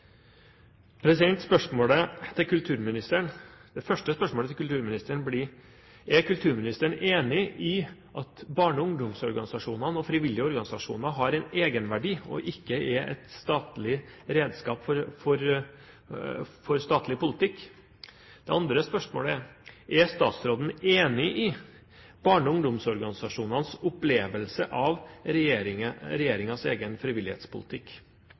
Det første spørsmålet til kulturministeren blir: Er kulturministeren enig i at barne- og ungdomsorganisasjoner og frivillige organisasjoner har en egenverdi og ikke er et redskap for statlig politikk? Det andre spørsmålet er: Er statsråden enig i barne- og ungdomsorganisasjonenes opplevelse av regjeringens egen frivillighetspolitikk?